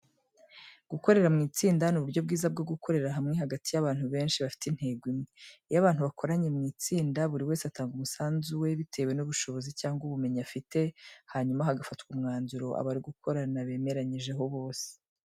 Gukorera mu itsinda ni uburyo bwiza bwo gukorera hamwe hagati y'abantu benshi bafite intego imwe. Iyo abantu bakoranye mu itsinda, buri wese atanga umusanzu we bitewe n'ubushobozi cyangwa ubumenyi afite, hanyuma hagafatwa umwanzuro abari gukorana bemeranyijeho bose.